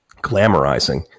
glamorizing